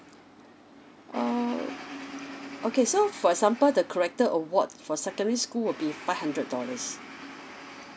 err okay so for example the character awards for secondary school will be five hundred dollars